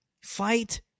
Fight